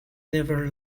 never